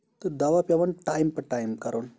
تہٕ دوا پیوان ٹایم پَتہٕ ٹایم کَرُن